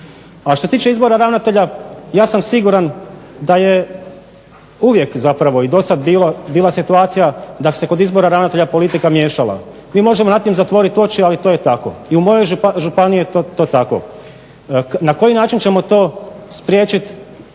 A što se tiče izbora ravnatelja, ja sam siguran da je uvijek zapravo i dosad bila situacija da se kod izbora ravnatelja politika miješala. Mi možemo nad tim zatvoriti oči, ali to je tako. I u mojoj županiji je to tako. Na koji način ćemo to spriječiti?